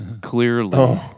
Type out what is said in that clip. clearly